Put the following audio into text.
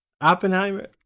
Oppenheimer